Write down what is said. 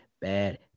bad